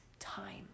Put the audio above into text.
time